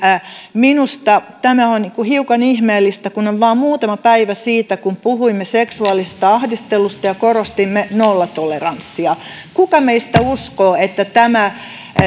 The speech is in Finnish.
minusta tämä on hiukan ihmeellistä kun on vain muutama päivä siitä kun puhuimme seksuaalisesta ahdistelusta ja korostimme nollatoleranssia kuka meistä uskoo että tämä